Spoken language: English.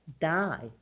die